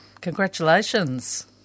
Congratulations